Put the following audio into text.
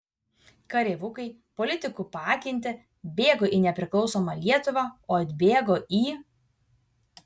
kareivukai politikų paakinti bėgo į nepriklausomą lietuvą o atbėgo į